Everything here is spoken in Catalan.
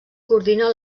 coordina